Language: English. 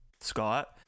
Scott